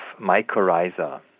mycorrhiza